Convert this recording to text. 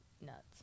nuts